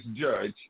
judge